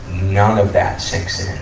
none of that sinks